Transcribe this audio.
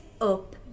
Up